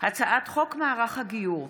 הצעת חוק מערך הגיור,